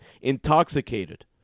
intoxicated